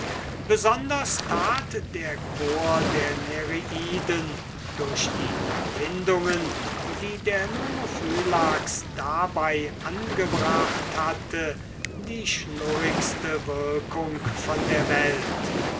besonders tat der chor der nereiden durch die erfindungen die der nomophylax dabei angebracht hatte die schnurrigste wirkung von der welt